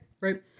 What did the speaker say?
right